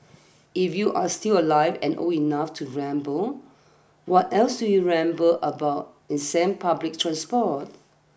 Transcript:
if you're still alive and old enough to remember what else do you remember about ancient public transport